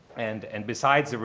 and and besides,